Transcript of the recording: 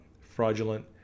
fraudulent